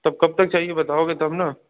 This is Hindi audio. तब कब तक चाहिए बताओगे तब ना